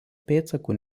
pėdsakų